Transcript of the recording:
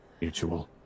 mutual